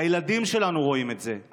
הילדים שלנו רואים את זה,